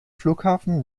flughafen